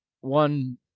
one